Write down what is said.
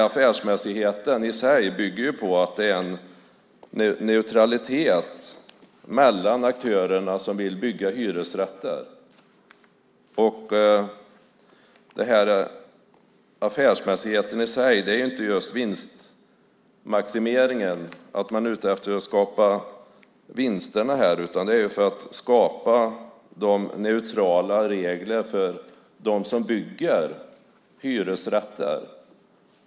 Affärsmässigheten bygger på att det är en neutralitet mellan aktörerna som vill bygga hyresrätter. Affärsmässigheten i sig är inte just vinstmaximeringen. Man är inte ute efter att skapa vinster utan neutrala regler för dem som bygger hyresrätter.